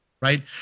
Right